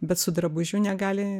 bet su drabužiu negali